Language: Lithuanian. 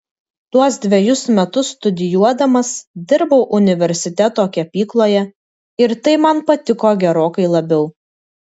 tuos dvejus metus studijuodamas dirbau universiteto kepykloje ir tai man patiko gerokai labiau